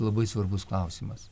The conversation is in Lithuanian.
labai svarbus klausimas